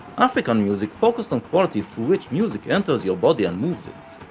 african music focused on qualities through which music enters your body and moves it,